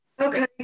Okay